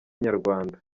inyarwanda